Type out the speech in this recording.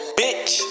bitch